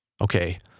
okay